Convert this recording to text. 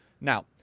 Now